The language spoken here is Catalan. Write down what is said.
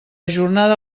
jornada